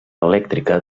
elèctrica